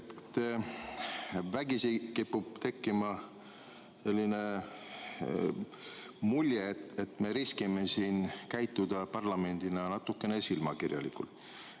Vägisi kipub tekkima selline mulje, et me riskime siin parlamendina natuke silmakirjaliku